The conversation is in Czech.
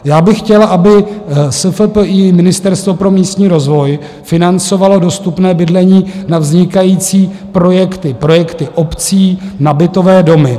Já bych chtěl, aby SFPI, Ministerstvo pro místní rozvoj, financovalo dostupné bydlení na vznikající projekty, projekty obcí na bytové domy.